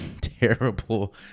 terrible